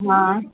हाँ